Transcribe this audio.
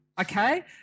okay